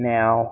Now